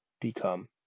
become